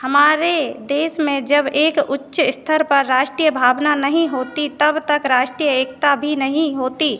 हमारे देश में जब एक उच्च स्तर पर राष्ट्रीय भावना नहीं होती तब तक राष्ट्रीय एकता भी नहीं होती